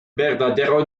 verdadero